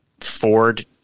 Ford